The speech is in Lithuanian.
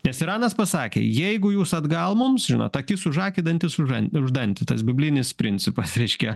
nes iranas pasakė jeigu jūs atgal mums žinot akis už akį dantis už dan už dantį tas biblinis principas reiškia